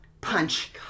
punch